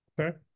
okay